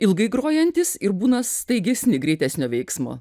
ilgai grojantys ir būna staigesni greitesnio veiksmo